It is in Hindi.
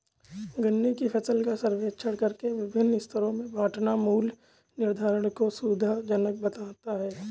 गन्ने की फसल का सर्वेक्षण करके विभिन्न स्तरों में बांटना मूल्य निर्धारण को सुविधाजनक बनाता है